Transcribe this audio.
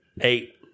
Eight